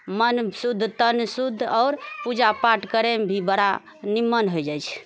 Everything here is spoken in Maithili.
मन शुद्ध तन शुद्ध आओर पूजा पाठ करैमे भी बड़ा निमन होइ जाइछै